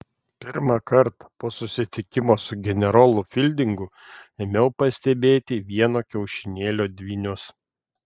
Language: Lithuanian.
pirmąkart po susitikimo su generolu fildingu ėmiau pastebėti vieno kiaušinėlio dvynius